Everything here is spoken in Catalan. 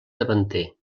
davanter